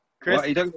Chris